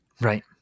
Right